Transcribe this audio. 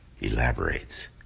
elaborates